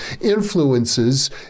influences